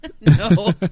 No